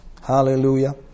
Hallelujah